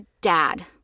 dad